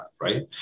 right